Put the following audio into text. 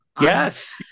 Yes